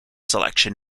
selection